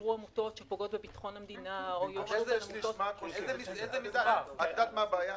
שיאושרו עמותות שפוגעות בביטחון המדינה או --- את יודעת מה הבעיה?